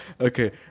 okay